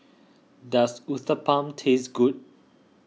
does Uthapam taste good